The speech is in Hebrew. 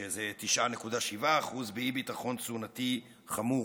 שזה 9.7%, באי-ביטחון תזונתי חמור.